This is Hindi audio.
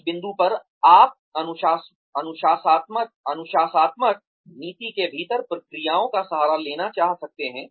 उस बिंदु पर आप अनुशासनात्मक नीति के भीतर प्रक्रियाओं का सहारा लेना चाह सकते हैं